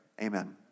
Amen